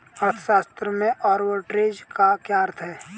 अर्थशास्त्र में आर्बिट्रेज का क्या अर्थ है?